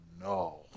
no